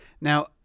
Now